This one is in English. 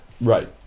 Right